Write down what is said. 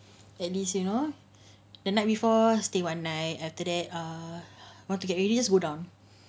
at least you know the night before stay one night after that ah want to get ready just go down